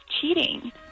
cheating